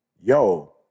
yo